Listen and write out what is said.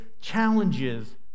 challenges